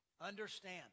understand